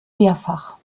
mehrfach